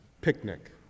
picnic